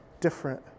different